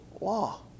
Law